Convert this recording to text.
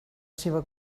seva